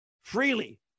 freely